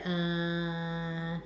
uh